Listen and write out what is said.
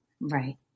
Right